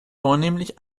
vornehmlich